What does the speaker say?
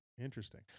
interesting